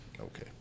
okay